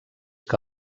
que